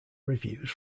reviews